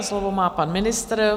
Slovo má pan ministr.